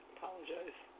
Apologize